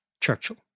Churchill